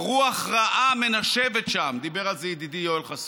רוח רעה מנשבת שם, דיבר על זה ידידי יואל חסון.